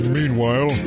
meanwhile